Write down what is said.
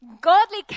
godly